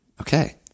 Okay